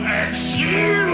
excuse